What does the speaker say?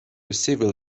civil